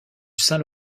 saint